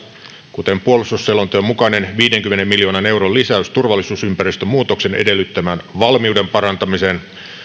kuten puolustusselonteon mukainen viidenkymmenen miljoonan euron lisäys turvallisuusympäristön muutoksen edellyttämään valmiuden parantamiseen